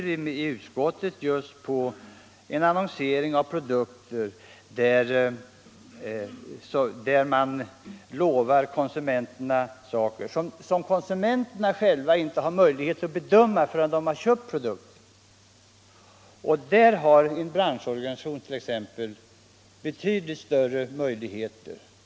Jag har i utskottet visat exempel på en annonsering av produkter där man lovar konsumenterna saker och ting som konsumenterna själva inte har möjlighet att pröva förrän de har köpt produkten. När det gäller sådana saker har en branschorganisation betydligt större möjligheter.